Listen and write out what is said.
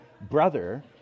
brother